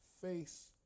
face